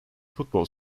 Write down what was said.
futbol